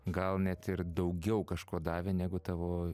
gal net ir daugiau kažko davė negu tavo